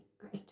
great